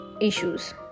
issues